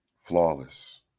flawless